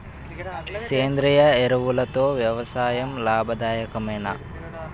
సేంద్రీయ ఎరువులతో వ్యవసాయం లాభదాయకమేనా?